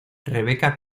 rebecca